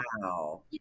Wow